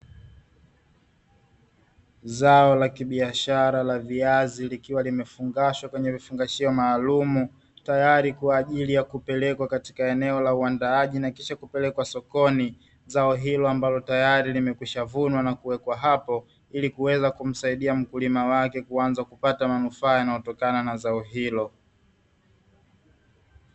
Zao la kibiashara la viazi likiwa limefungashwa kwenye vifungashio maalumu, tayari kwa ajili ya kupelekwa katika eneo la uandaaji na kisha kupelekwa sokoni. Zao hilo ambalo tayari limekwishavunwa na kuwekwa hapo, ili kuweza kumsaidia mkulima wake kuanza kupata manufaa yanayotokana na zao hilo.